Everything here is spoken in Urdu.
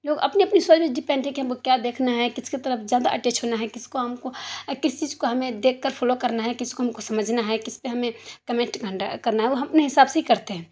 لوگ اپنی اپنی سوچ پہ ڈپنڈ ہیں کہ ہم کو کیا دیکھنا ہے کس کے طرف زیادہ اٹیچ ہونا ہے کس کو ہم کو کس چیز کو ہمیں دیکھ کر فلو کرنا ہے کس کو ہم کو سمجھنا ہے کس پہ ہمیں کمنٹ کرنا ہے وہ ہم اپنے حساب سے ہی کرتے ہیں